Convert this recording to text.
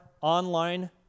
online